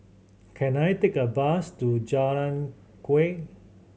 can I take a bus to Jalan Kuak